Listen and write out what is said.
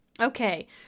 Okay